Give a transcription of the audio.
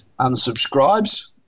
unsubscribes